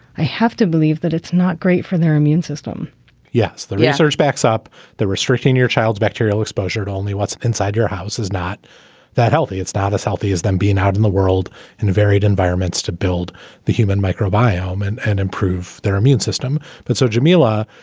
i have to believe that it's not great for their immune system yes, the research backs up the restricting your child's bacterial exposure to only what's inside your house is not that healthy. it's not as healthy as them being out in the world and varied environments to build the human microbiome and and improve their immune system. but so, jameela,